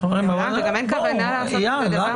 גם אין כוונה שימוש לרעה.